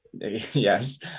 Yes